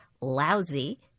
lousy